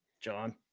John